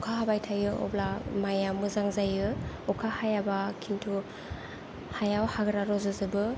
अखा हाबाय थायो अब्ला माइया मोजां जोयो अखा हायाबा खिन्तु हायाव हाग्रा रज'जोबो